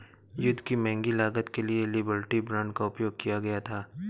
युद्ध की महंगी लागत के लिए लिबर्टी बांड का उपयोग किया गया था